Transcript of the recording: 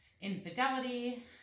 Infidelity